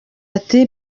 ati